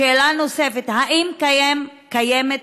שאלה נוספת: האם קיימת הוראה,